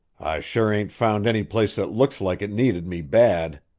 sure ain't found any place that looks like it needed me bad.